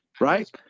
right